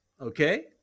Okay